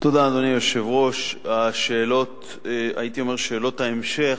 אדוני היושב-ראש, השאלות, הייתי אומר שאלות ההמשך,